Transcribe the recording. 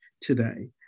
today